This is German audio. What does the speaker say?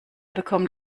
bekommen